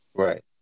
Right